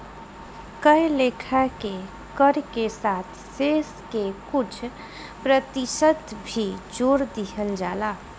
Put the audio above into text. कए लेखा के कर के साथ शेष के कुछ प्रतिशत भी जोर दिहल जाला